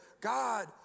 God